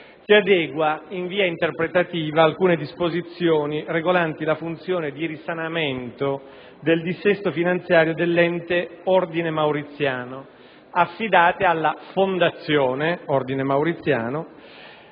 che adegua in via interpretativa alcune disposizioni regolanti la funzione di risanamento del dissesto finanziario dell'ente ospedaliero Ordine Mauriziano, affidate alla fondazione Ordine Mauriziano,